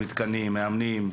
מאמנים,